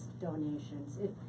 donations